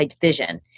vision